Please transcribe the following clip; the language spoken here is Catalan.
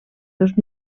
dos